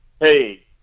Hey